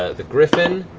ah the griffon